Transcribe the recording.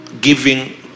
giving